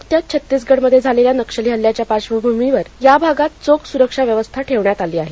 नुकत्याच छत्तीसगडमध्ये झालेल्या नक्षली हल्ल्याच्या पार्शभूमीवर या भागात चोख सुरक्षा व्यवस्था ठेवण्यात आली आहे